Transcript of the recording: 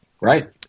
Right